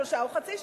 שלושה או חצי שנה.